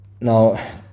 Now